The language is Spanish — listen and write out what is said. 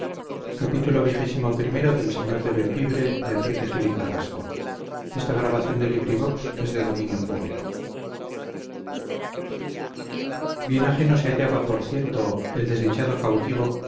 bien ajeno se hallaba por cierto el desdichado cautivo